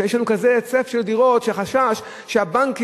שיש לנו כזה היצף של דירות שהחשש שהבנקים